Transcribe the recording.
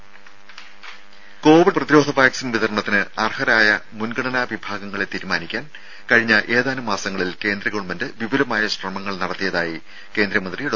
രുര കോവിഡ് പ്രതിരോധ വാക്സിൻ വിതരണത്തിന് അർഹരായ മുൻഗണനാ വിഭാഗങ്ങളെ തീരുമാനിക്കാൻ കഴിഞ്ഞ ഏതാനും മാസങ്ങളിൽ കേന്ദ്ര ഗവൺമെന്റ് വിപുലമായ ശ്രമങ്ങൾ നടത്തിയതായി കേന്ദ്രമന്ത്രി ഡോ